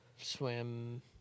swim